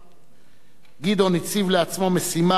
גדעון הציב לעצמו משימה חינוכית,